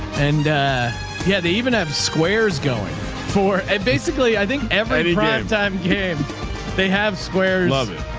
and yeah, they even have squares going for basically i think every time game they have squares,